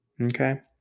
Okay